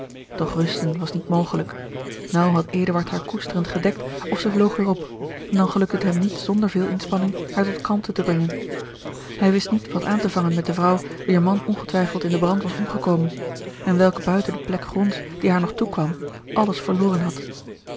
doch rusten was niet mogelijk naauw had eduard haar koesterend gedekt of zij vloog weêr op en dan gelukte het hem niet zonder veel inspanning haar tot kalmte te brengen hij wist niet wat aan te vangen met de vrouw wier man ongetwijfeld in den brand was omgekomen en welke buiten de plek gronds die haar nog toekwam alles verloren had